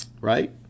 right